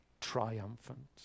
triumphant